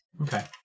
Okay